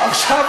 עכשיו,